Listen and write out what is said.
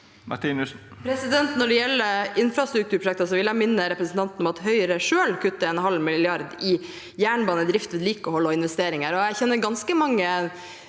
Martinussen (R) Når det gjelder infrastrukturprosjekter, vil jeg minne representanten om at Høyre selv kutter en halv milliard i jernbanedrift, vedlikehold og investeringer. Jeg kjenner ganske mange